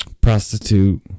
prostitute